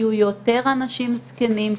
יהיו יותר אנשים זקנים,